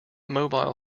mobile